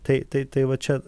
tai tai va čia